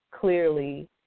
clearly